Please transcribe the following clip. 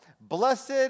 Blessed